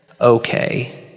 Okay